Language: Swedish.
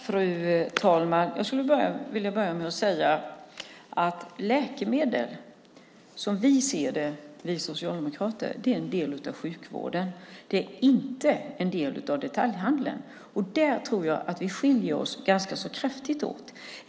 Fru ålderspresident! Jag ska börja med att säga att vi socialdemokrater ser läkemedel som en del av sjukvården. Det är inte en del av detaljhandeln. Där tror jag att vi skiljer oss ganska så kraftigt åt.